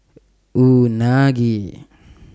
Unagi